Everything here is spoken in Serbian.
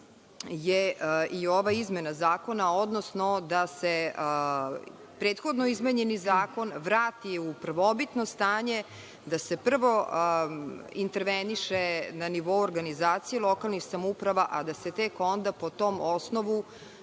je i ova izmena zakona, odnosno da se prethodno izmenjeni zakon vrati u prvobitno stanje, da se prvo interveniše na nivou organizacije lokalnih samouprava, a da se tek onda po tom osnovu